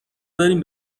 دارین